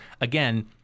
again